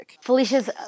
Felicia's